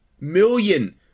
million